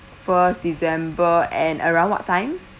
first december and around what time